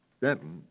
Denton